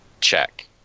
check